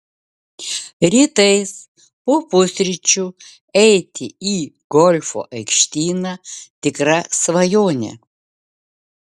rytais po pusryčių eiti į golfo aikštyną tikra svajonė